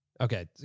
Okay